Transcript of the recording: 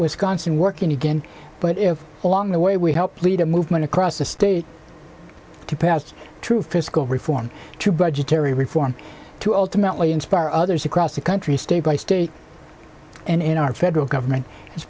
wisconsin working again but if along the way we helped lead a movement across the state to past true fiscal reform to budgetary reform to ultimately inspire others across the country state by state and in our federal government as